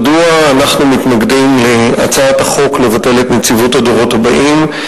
מדוע אנחנו מתנגדים להצעת החוק לביטול נציבות הדורות הבאים.